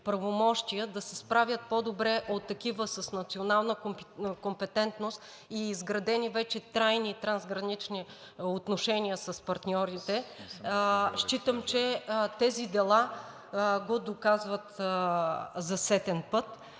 да се справят по добре от такива с национална компетентност и изградени вече трайни трансгранични отношения с партньорите, считам, че тези дела го доказват за сетен път.